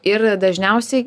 ir dažniausiai